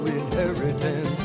inheritance